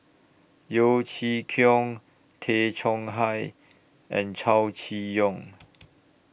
Yeo Chee Kiong Tay Chong Hai and Chow Chee Yong